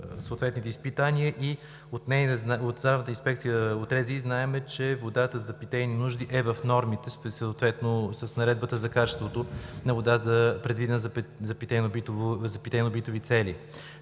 съответните изпитания, и от Регионалната здравна инспекция знаем, че водата за питейни нужди е в нормите съответно по Наредбата за качеството на водата, предвидена за питейно-битови цели.